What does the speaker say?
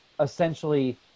essentially –